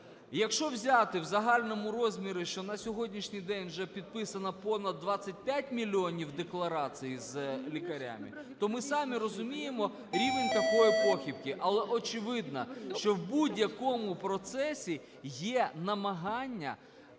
Якщо взяти в загальному розмірі, що на сьогоднішній день уже підписано понад 25 мільйонів декларацій з лікарями, то ми самі розуміємо рівень такої похибки. Але очевидно, що в будь-якому процесі є намагання